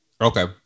Okay